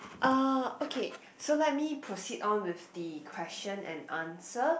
uh okay so let me proceed on with the question and answer